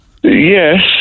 Yes